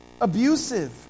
abusive